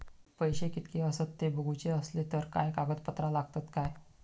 पैशे कीतके आसत ते बघुचे असले तर काय कागद पत्रा लागतात काय?